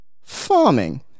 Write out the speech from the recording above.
farming